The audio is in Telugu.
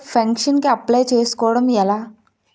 పెన్షన్ కి అప్లయ్ చేసుకోవడం ఎలా?